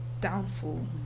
downfall